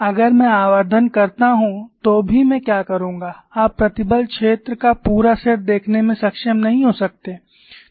अगर मैं आवर्धन करता हूं तो भी मैं क्या करूंगा आप प्रतिबल क्षेत्र का पूरा सेट देखने में सक्षम नहीं हो सकते